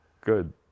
Good